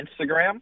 Instagram